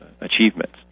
achievements